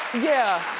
yeah,